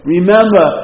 Remember